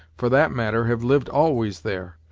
for that matter, have lived always there,